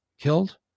killed